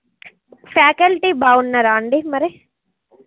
faculty బాగున్నారా అండి మరి